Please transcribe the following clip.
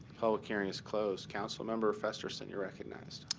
public hearing is closed. council member festersen, you're recognized.